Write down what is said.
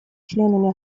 членами